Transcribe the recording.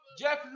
Jeff